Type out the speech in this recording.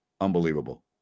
Unbelievable